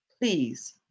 please